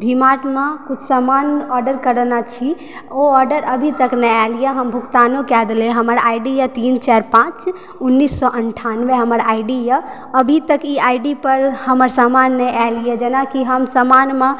भी मार्टमे किछु समान आर्डर करेने छी ओ ऑर्डर अभी तक नहि आयल हँ भुगतानो कए देली हमर आइडी यऽ तीन चारि पाँच उन्नीस सए अन्ठानबे हमर आइडी यऽ अभी तक ई आइडी पर हमर समान नहि आयल यऽ जेनाकि हम समानमे